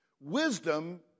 Wisdom